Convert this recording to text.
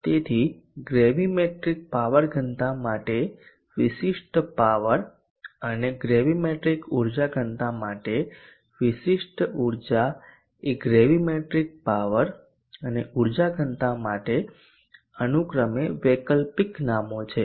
તેથી gravimetric power ઘનતા માટે વિશિષ્ટ પાવર અને ગ્રેવીમેટ્રિક ઉર્જા ઘનતા માટે વિશિષ્ટ ઉર્જા એ ગ્રેવીમેટ્રિક પાવર અને ઉર્જા ઘનતા માટે અનુક્રમે વૈકલ્પિક નામો છે